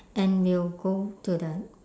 and we'll go to the